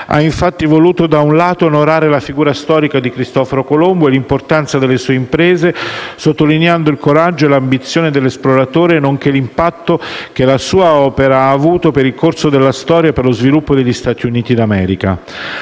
ha infatti voluto, da un lato, onorare la figura storica di Cristoforo Colombo e l'importanza delle sue imprese, sottolineando il coraggio e l'ambizione dell'esploratore, nonché l'impatto che la sua opera ha avuto per il corso della storia e per lo sviluppo degli Stati Uniti d'America.